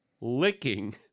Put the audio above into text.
licking